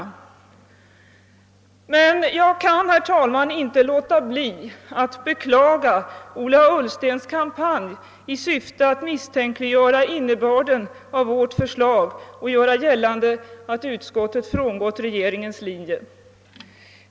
Jag kan, herr talman, inte låta bli att beklaga Ola Ulistens kampanj i syfte att misstänkliggöra innebörden av vårt förslag och att göra gällande att utskottet frångått regeringens linje.